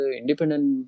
independent